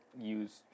use